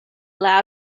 loud